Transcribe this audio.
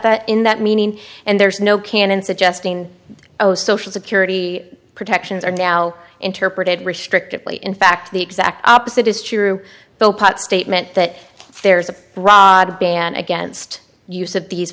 but in that meaning and there's no canon suggesting oh social security protections are now interpreted restrictively in fact the exact opposite is true the pot statement that there's a broad ban against use